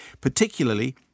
particularly